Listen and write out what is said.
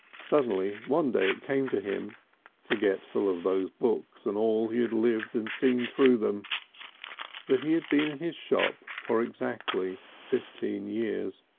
suddenly one day it came to him forgetful of those books and all he had lived and seen through them that he had been in his shop for exactly fifteen years,